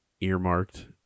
earmarked